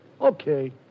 Okay